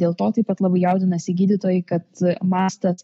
dėl to taip pat labai jaudinasi gydytojai kad mastas